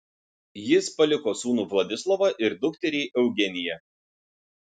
jis paliko sūnų vladislovą ir dukterį eugeniją